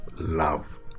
love